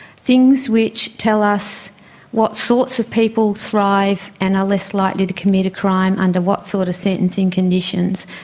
things which tell us what sorts of people thrive and are less likely to commit a crime under what sort of sentencing conditions.